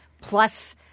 plus